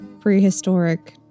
prehistoric